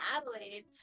Adelaide